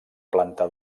planta